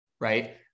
Right